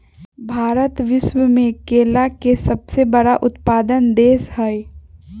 भारत विश्व में केला के सबसे बड़ उत्पादक देश हई